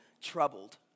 troubled